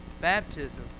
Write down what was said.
Baptism